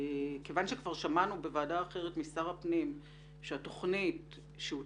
כיוון שכבר שמענו בוועדה אחרת משר הפנים שהתוכנית שהותוותה